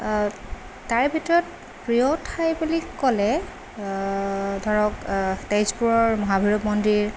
তাৰ ভিতৰত প্ৰিয় ঠাই বুলি ক'লে ধৰক তেজপুৰৰ মহাভৈৰৱ মন্দিৰ